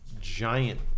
giant